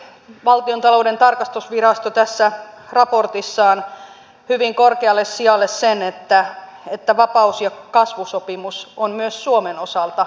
valtiontalouden tarkastusvirasto nosti tässä raportissaan hyvin korkealle sijalle sen että vakaus ja kasvusopimus on myös suomen osalta nyt rikottu